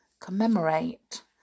commemorate